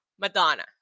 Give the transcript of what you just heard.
Madonna